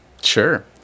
sure